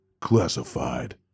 Classified